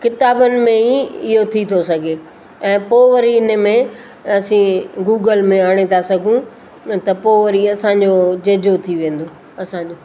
किताबनि में ई इहो थी थो सघे ऐं पोइ वरी इने में असी गूगल में आणे ता सघूं त पोइ वरी असांजो जजो थी वेंदो असांजो